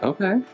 Okay